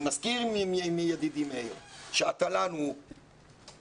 אני מסכים עם ידידי מאיר שהתל"ן הוא החטא